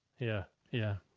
yeah. yeah.